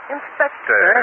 Inspector